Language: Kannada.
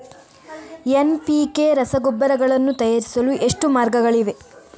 ಎನ್.ಪಿ.ಕೆ ರಸಗೊಬ್ಬರಗಳನ್ನು ತಯಾರಿಸಲು ಎಷ್ಟು ಮಾರ್ಗಗಳಿವೆ?